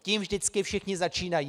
Tím vždycky všichni začínají.